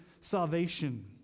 salvation